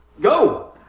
go